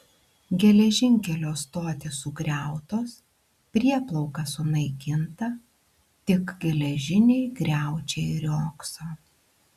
geležinkelio stotys sugriautos prieplauka sunaikinta tik geležiniai griaučiai riogso